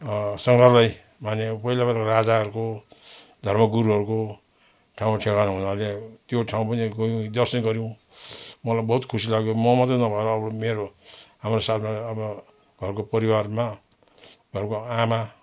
सङग्रहालय माने पहिला पहिलाको राजाहरूको धर्म गुरुहरूको ठाउँ ठेगाना हुनाले त्यो ठाउँ पनि गयौँ दर्शन गऱ्यौँ मलाई बहुत खुसी लाग्यो म मात्रै नभएर अरू मेरो हाम्रो साथमा अब घरको परिवारमा घरको आमा